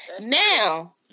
Now